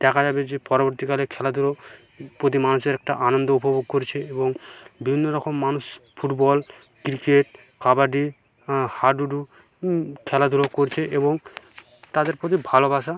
দেখা যাবে যে পরবর্তীকালে খেলাধুলো প্রতি মানুষের একটা আনন্দ উপভোগ করছে এবং বিভিন্ন রকম মানুষ ফুটবল ক্রিকেট কাবাডি হাডুডু খেলাধুলো করছে এবং তাদের প্রতি ভালোবাসা